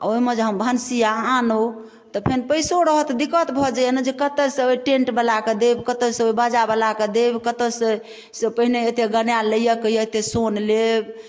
ओहिमे जे हम भनसिया आनु तऽ फेन पैसो रहत दिक्कत भऽ जाइया ने कतऽसँ ओहि टेन्ट बलाके देब कतऽसँ ओहि बाजा बलाके देब कतऽसँ से पहिने एतेक गनाएल लैया कहैया एतेक सोन लेब